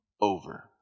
over